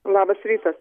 labas rytas